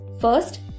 first